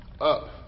up